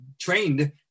trained